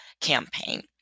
campaign